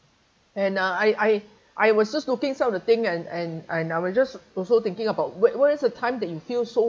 and uh I I I was just looking some of the thing and and I was just also thinking about where where is a time that you feel so